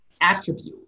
attribute